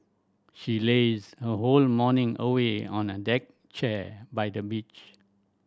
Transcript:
she lazed her whole morning away on a deck chair by the beach